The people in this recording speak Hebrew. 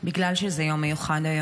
מכיוון שזה יום מיוחד היום,